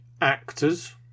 actors